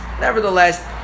Nevertheless